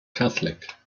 catholic